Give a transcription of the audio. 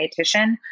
dietitian